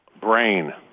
brain